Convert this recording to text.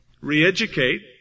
re-educate